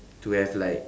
to have like